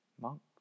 monk